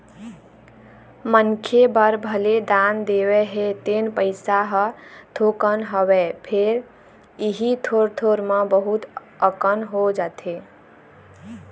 मनखे बर भले दान देवत हे तेन पइसा ह थोकन हवय फेर इही थोर थोर म बहुत अकन हो जाथे